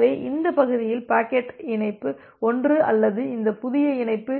எனவே இந்த பகுதியில் பாக்கெட் இணைப்பு 1 அல்லது இந்த புதிய இணைப்பு